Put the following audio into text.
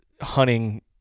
hunting